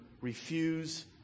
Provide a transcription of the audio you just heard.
refuse